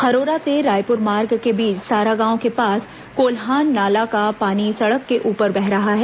खरोरा से रायपुर मार्ग के बीच सारागांव के पास कोल्हान नाला का पानी सड़क के ऊपर बह रहा है